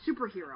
superhero